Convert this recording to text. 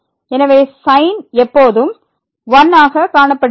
எனவே sin எப்போதும் 1 ஆக காணப்படுகிறது